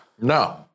No